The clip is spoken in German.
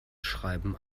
schreiben